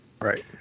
Right